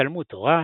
תלמוד תורה,